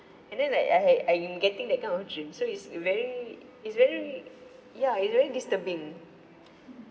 and then like I ha~ I am getting that kind of dream so it's very it's very ya it's very disturbing